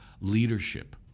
leadership